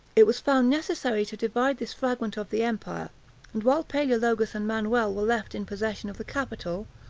it was found necessary to divide this fragment of the empire and while palaeologus and manuel were left in possession of the capital,